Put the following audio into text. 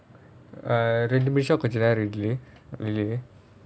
err ரெண்டு நிமிஷம் கொஞ்ச நேரம் நில்லு வெளியவே:rendu nimisham konja neram nillu veliyavae